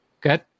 good